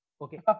Okay